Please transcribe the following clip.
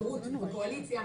ורות וסרמן לנדה בקואליציה.